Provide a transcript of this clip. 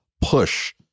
push